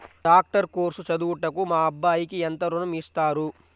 Doctor course చదువుటకు మా అబ్బాయికి ఎంత ఋణం ఇస్తారు?